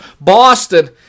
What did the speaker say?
Boston